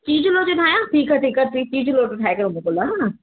चीज लोचो ठाहिया ठीकु आहे ठीकु आहे ठीकु आहे चीज लोचो ठाहे करे मोकिलंदीमांव हा